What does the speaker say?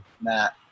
Matt